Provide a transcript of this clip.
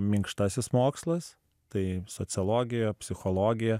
minkštasis mokslas tai sociologija psichologija